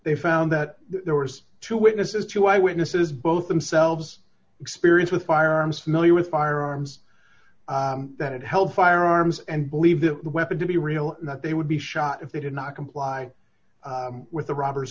they found that there were two witnesses two eyewitnesses both themselves experience with firearms familiar with firearms that had held firearms and believed that the weapon to be real and that they would be shot if they did not comply with the robbers